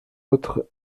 autres